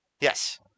yes